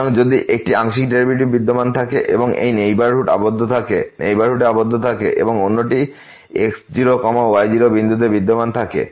সুতরাং যদি একটি আংশিক ডেরিভেটিভ বিদ্যমান থাকে এবং এই নেইবারহুডে আবদ্ধ থাকে এবং অন্যটি এই x0 y0 বিন্দুতে বিদ্যমান থাকে